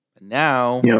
Now